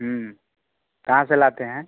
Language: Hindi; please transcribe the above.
कहाँ से लाते हैं